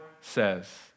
says